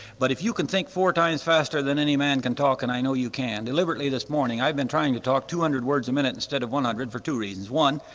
but if you can think four times faster than any man can talk and i know you can. deliberately this morning i've been trying to talk two hundred words a minute instead of one hundred for two reasons. one,